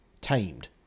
tamed